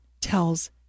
tells